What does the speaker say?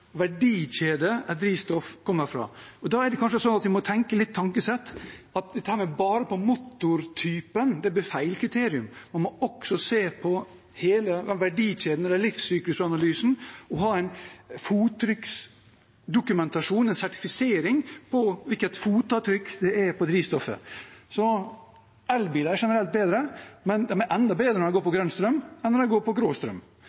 drivstoff kommer fra. Da er det kanskje sånn at vi må tenke litt tankesett, at dette her med bare motortypen blir feil kriterium. Man må også se på hele verdikjeden eller livssyklusanalysen og ha en fottrykksdokumentasjon, en sertifisering på hvilket fotavtrykk det er på drivstoffet. Elbiler er generelt bedre, men de er enda bedre når de går på grønn strøm enn når de går på